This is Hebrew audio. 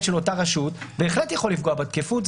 של אותה רשות בהחלט יכול לפגוע בתקפות.